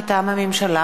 מטעם הממשלה: